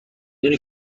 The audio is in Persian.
دونی